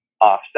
offset